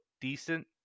decent